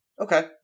Okay